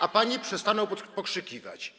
A panie przestaną pokrzykiwać.